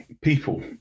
People